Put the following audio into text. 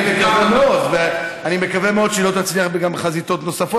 המאבק עוד נמשך,